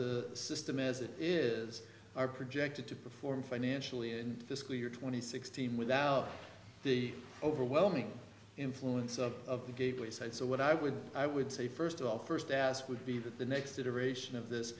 the system as it is are projected to perform financially and physically or twenty sixteen without the overwhelming influence of the gateway site so what i would i would say first of all first ask would be that the next iteration of this